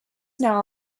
now